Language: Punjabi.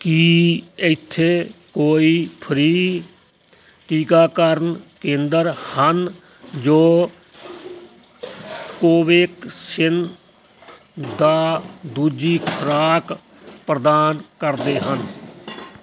ਕੀ ਇੱਥੇ ਕੋਈ ਫ੍ਰੀ ਟੀਕਾਕਰਨ ਕੇਂਦਰ ਹਨ ਜੋ ਕੋਵੈਕਸਿਨ ਦਾ ਦੂਜੀ ਖੁਰਾਕ ਪ੍ਰਦਾਨ ਕਰਦੇ ਹਨ